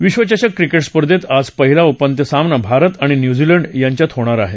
विश्वचषक क्रिकेट स्पर्धेत आज पहिला उपात्य सामना भारत आणि न्यूझीलंड यांच्यात होणार आहे